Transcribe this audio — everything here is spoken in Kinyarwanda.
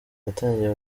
yatangiye